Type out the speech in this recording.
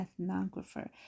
ethnographer